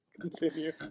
Continue